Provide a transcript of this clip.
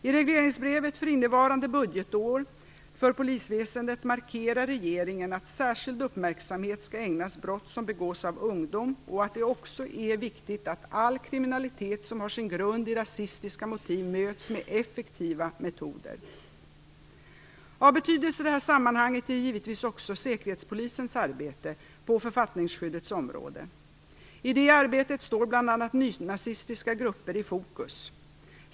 I regleringsbrevet för innevarande budgetår för polisväsendet markerar regeringen att särskild uppmärksamhet skall ägnas brott som begås av ungdom och att det också är viktigt att all kriminalitet som har sin grund i rasistiska motiv möts med effektiva metoder. Av betydelse i detta sammanhang är givetvis också säkerhetspolisens arbete på författningsskyddets område. I det arbetet står bl.a. nynazistiska grupper i fokus.